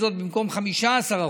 זאת במקום 15%,